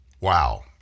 Wow